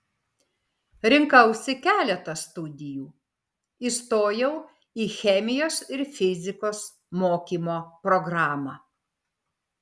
rinkausi keletą studijų įstojau į chemijos ir fizikos mokymo programą